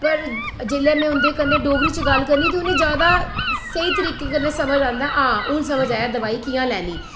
पर जिसलै में उं'दे कन्नै डोगरी च गल्ल करनी ते उनें गी ज्यादा स्हेई तरीके कन्नै समझ औंदा हा हून समझ आया दबाई कि'यां लैनी